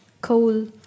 Coal